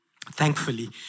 Thankfully